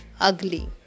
ugly